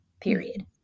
period